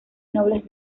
nobles